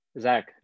Zach